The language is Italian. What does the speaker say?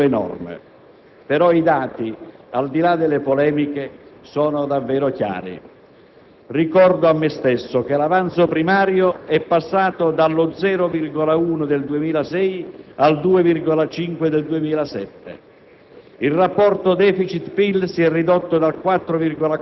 è nostro dovere farlo, perché il debito pubblico è davvero enorme. Però, i dati, al di là delle polemiche, sono davvero chiari. Ricordo a me stesso che l'avanzo primario è passato dallo 0,1 del 2006 al 2,5 del 2007,